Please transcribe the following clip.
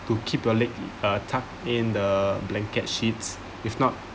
to keep your leg uh tucked in the blanket sheets if not